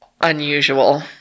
unusual